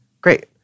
Great